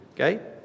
Okay